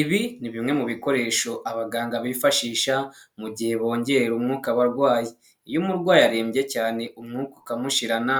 Ibi ni bimwe mu bikoresho abaganga bifashisha mu gihe bongerera umwuka abarwaye. Iyo umurwayi arembye cyane, umwuka ukamushirana,